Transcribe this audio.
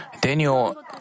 Daniel